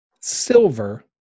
silver